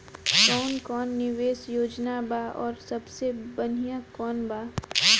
कवन कवन निवेस योजना बा और सबसे बनिहा कवन बा?